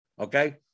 Okay